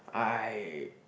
I